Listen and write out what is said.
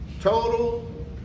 Total